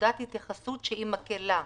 ונקודת התייחסות מקלה.